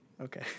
Okay